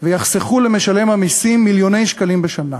ויחסכו למשלם המסים מיליוני שקלים בשנה.